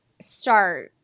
start